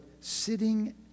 sitting